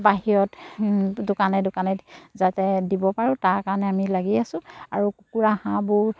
বাহিৰত দোকানে দোকানে যাতে দিব পাৰোঁ তাৰ কাৰণে আমি লাগি আছো আৰু কুকুৰা হাঁহবোৰ